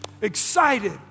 excited